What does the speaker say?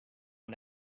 and